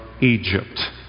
Egypt